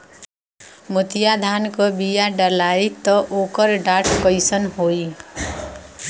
मोतिया धान क बिया डलाईत ओकर डाठ कइसन होइ?